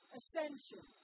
ascension